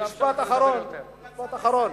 משפט אחרון,